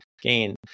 gain